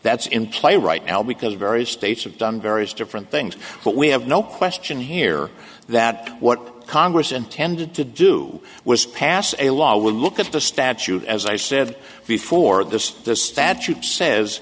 that's in play right now because various states of done various different things but we have no question here that what congress intended to do was pass a law would look at the statute as i said before this the statute says